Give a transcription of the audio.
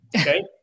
Okay